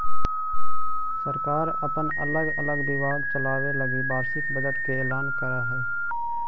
सरकार अपन अलग अलग विभाग चलावे लगी वार्षिक बजट के ऐलान करऽ हई